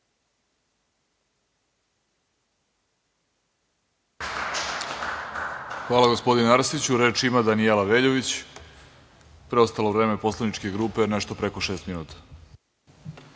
Hvala gospodine Arsiću. Reč ima Danijela Veljović. Prestalo vreme poslaničke grupe je nešto preko šest minuta.